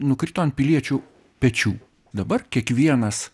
nukrito ant piliečių pečių dabar kiekvienas